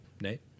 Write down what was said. Nate